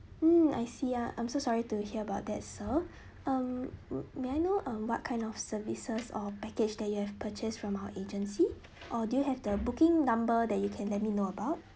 mm I see ah I'm so sorry to hear about that sir um may I know um what kind of services or package that you have purchased from our agency or do you have the booking number that you can let me know about